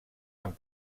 amb